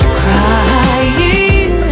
crying